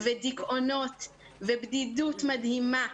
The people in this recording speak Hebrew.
דיכאונות ובדידות מדהימה.